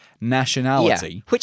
nationality